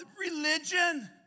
religion